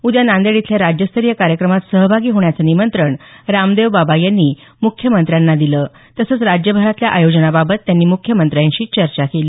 उद्या नांदेड इथल्या राज्यस्तरीय कार्यक्रमात सहभागी होण्याचं निमंत्रण रामदेवबाबा यांनी मुख्यमंत्र्यांना दिलं तसंच राज्यभरातल्या आयोजनाबाबत त्यांनी मुख्यमंत्र्यांशी चर्चा केली